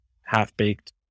half-baked